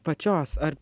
pačios ar